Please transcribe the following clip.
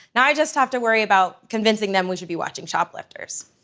now, i just have to worry about convincing them we should be watching shoplifters.